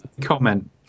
comment